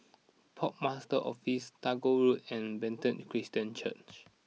Port Master's Office Tagore Road and Bethany Christian Church